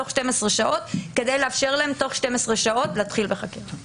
תוך 12 שעות כדי לאפשר להם תוך 12 שעות להתחיל בחקירה.